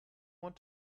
want